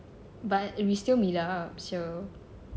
but we still meet up so